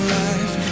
life